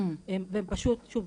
ושוב,